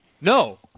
No